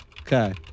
Okay